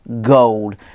gold